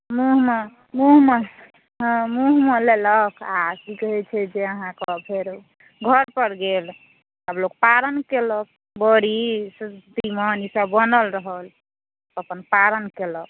मुँहमे मुँहमे हँ मुँहमे लेलक आ की कहए छै जे अहाँकेँ फेर घर पर गेल आर लोक पारण केलक बड़ी तीमन ई सभ बनल रहल अपन पारण केलक